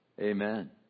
Amen